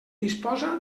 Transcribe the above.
disposa